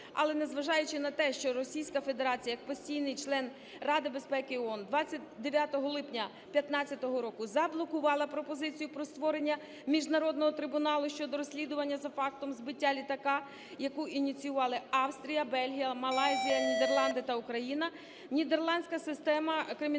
але незважаючи на те, що Російська Федерація як постійний член Ради Безпеки ООН 29 липня 2015 року заблокувала пропозицію про створення міжнародного трибуналу щодо розслідування за фактом збиття літака, яку ініціювали Австрія, Бельгія, Малайзія, Нідерланди та Україна, нідерландська система кримінального